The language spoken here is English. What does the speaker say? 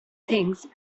things